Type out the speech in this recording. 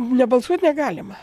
nebalsuot negalima